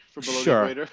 Sure